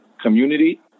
community